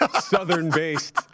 southern-based